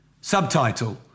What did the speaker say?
Subtitle